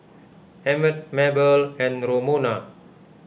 Emmett Mabel and Romona